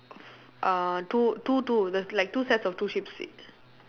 uh two two two there's like two sets of two sheeps